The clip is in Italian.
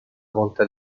volta